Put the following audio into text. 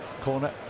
Corner